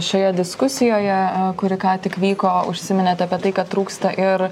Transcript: šioje diskusijoje kuri ką tik vyko užsiminėte apie tai kad trūksta ir